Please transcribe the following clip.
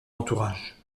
entourage